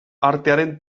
artearen